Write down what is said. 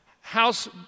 house